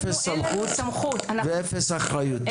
אפס סמכות ואפס אחריות?